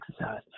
exercise